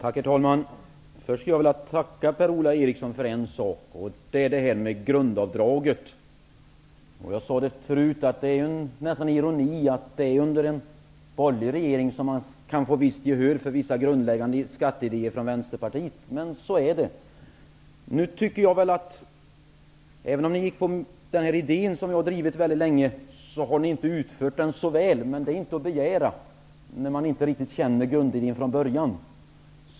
Herr talman! Först skulle jag vilja tacka Per-Ola Eriksson för en sak. Det är grundavdraget. Jag sade förut att det nästan är ironi att det är under en borgerlig regering som man kan få visst gehör för vissa grundläggande skatteidéer från Vänsterpartiet, men så är det. Även om ni anammade den här idén som vi har drivit väldigt länge, har ni inte utfört den så väl. Men det är inte att begära, när man inte riktigt kände grundidén från början.